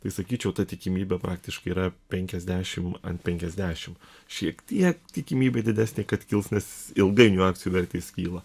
tai sakyčiau ta tikimybė faktiškai yra penkiasdešim ant penkiasdešim šiek tiek tikimybė didesnė kad kils nes ilgainiui akcijų vertės kyla